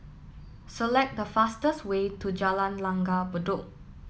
select the fastest way to Jalan Langgar Bedok